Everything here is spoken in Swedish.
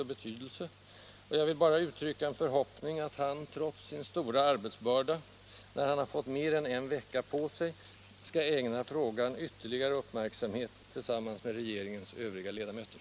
Jag vill bara uttrycka 87 Om åtgärder mot nya stormarknader en förhoppning att socialministern, trots sin stora arbetsbörda, när han fått mer än en vecka på sig skall ägna frågan ytterligare uppmärksamhet tillsamman med regeringens övriga ledamöter.